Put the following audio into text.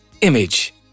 image